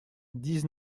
dix